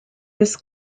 this